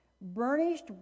Burnished